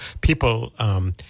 People